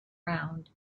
round